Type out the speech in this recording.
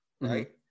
right